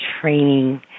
training